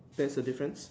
there's a difference